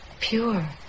pure